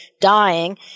dying